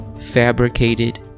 fabricated